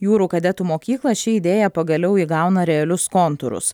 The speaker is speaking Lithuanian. jūrų kadetų mokyklą ši idėja pagaliau įgauna realius kontūrus